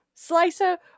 Slicer